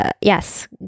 yes